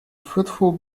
fruitful